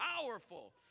powerful